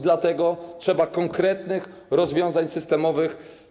Dlatego trzeba konkretnych rozwiązań systemowych.